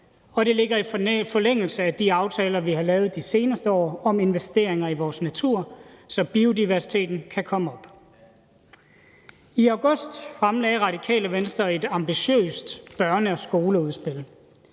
Det ligger i forlængelse af de aftaler, vi har lavet de seneste år, om investeringer i vores natur, så biodiversiteten kan komme op. I august fremlagde Radikale Venstre et ambitiøst børne- og skoleudspil.